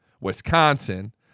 Wisconsin